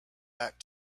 back